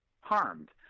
harmed